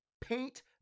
paint